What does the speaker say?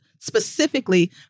Specifically